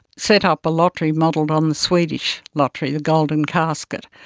set up a lottery modelled on the swedish lottery, the golden casket.